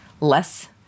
less